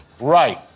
Right